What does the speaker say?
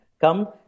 come